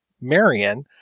Marion